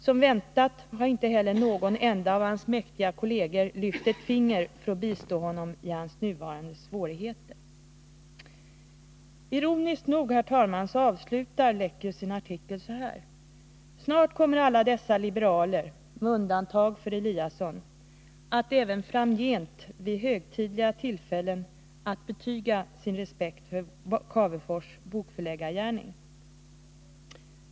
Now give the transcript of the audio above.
Som väntat har inte heller någon enda av hans mäktiga kolleger lyft ett finger för att bistå honom i hans nuvarande svårigheter.” Ironiskt nog avslutar Ingemar Leckius sin artikel så här: ”Säkert kommer alla dessa liberaler med undantag för Eliasson att även framgent vid högtidliga tillfällen betyga sin respekt för Cavefors bokförläggargärning.